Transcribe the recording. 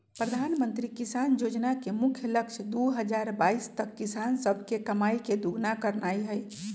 प्रधानमंत्री किसान जोजना के मुख्य लक्ष्य दू हजार बाइस तक किसान सभके कमाइ के दुगुन्ना करनाइ हइ